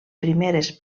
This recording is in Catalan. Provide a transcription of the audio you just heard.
primeres